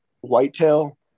whitetail